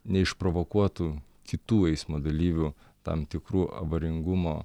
neišprovokuotų kitų eismo dalyvių tam tikrų avaringumo